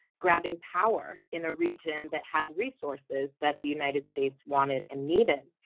grabbing power in a region that had resources that the united states wanted and needed.